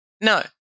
No